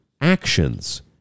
actions